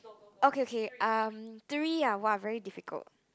okay okay um three ah !wah! very difficult